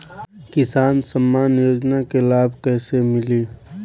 किसान सम्मान योजना के लाभ कैसे मिली?